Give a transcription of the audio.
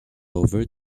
over